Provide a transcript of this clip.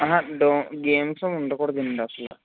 అహా గేమ్స్ ఏమీ ఉండకూడదు అండీ అసలు